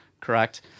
correct